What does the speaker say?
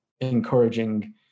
encouraging